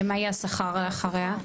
שמה יהיה השכר אחריה?